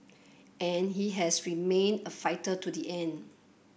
and he has remained a fighter to the end